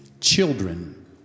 Children